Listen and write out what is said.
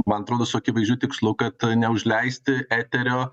man atrodo su akivaizdžiu tikslu kad neužleisti eterio